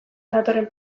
datorren